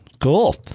Cool